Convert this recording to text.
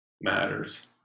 matters